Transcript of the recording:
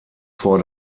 vor